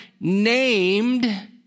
named